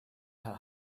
her